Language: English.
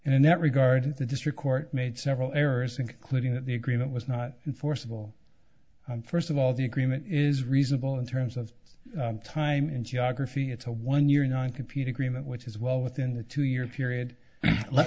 and in that regard the district court made several errors including that the agreement was not enforceable first of all the agreement is reasonable in terms of time and geography it's a one year non computer agreement which is well within a two year period let